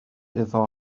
iddo